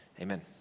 Amen